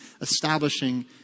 establishing